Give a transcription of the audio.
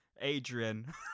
Adrian